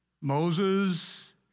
Moses